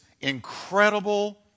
incredible